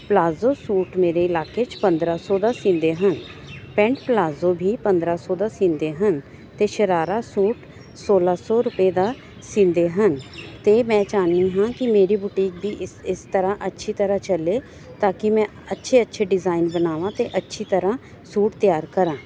palazzo suit ਮੇਰੇ ਇਲਾਕੇ 'ਚ ਪੰਦਰ੍ਹਾਂ ਸੌ ਦਾ ਸੀਂਦੇ ਹਨ ਪੈਂਟ ਪਲਾਜ਼ੋ ਵੀ ਪੰਦਰਾਂ ਸੌ ਦਾ ਸੀਂਦੇ ਹਨ ਅਤੇ ਸ਼ਰਾਰਾ ਸੂਟ ਸੌਲ੍ਹਾਂ ਸੌ ਰੁਪਏ ਦਾ ਸੀਂਦੇ ਹਨ ਅਤੇ ਮੈਂ ਚਾਹੁੰਦੀ ਹਾਂ ਕਿ ਮੇਰੀ ਬੁਟੀਕ ਦੀ ਇਸ ਇਸ ਤਰ੍ਹਾਂ ਅੱਛੀ ਤਰ੍ਹਾਂ ਚੱਲੇ ਤਾਂ ਕਿ ਮੈਂ ਅੱਛੇ ਅੱਛੇ ਡਿਜ਼ਾਇਨ ਬਣਾਵਾਂ ਅਤੇ ਅੱਛੀ ਤਰ੍ਹਾਂ ਸੂਟ ਤਿਆਰ ਕਰਾਂ